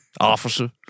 Officer